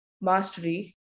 mastery